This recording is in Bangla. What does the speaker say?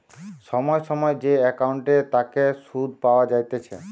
সময় সময় যে একাউন্টের তাকে সুধ পাওয়া যাইতেছে